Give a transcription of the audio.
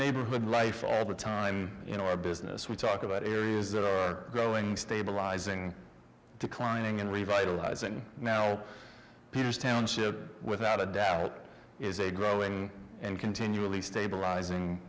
neighborhood life all the time in our business we talk about areas that are growing stabilizing declining and revitalize and now here's township without a doubt is a growing and continually stabilizing